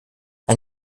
ein